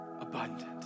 abundant